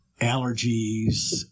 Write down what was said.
allergies